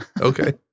Okay